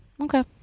Okay